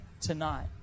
tonight